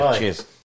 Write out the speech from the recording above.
cheers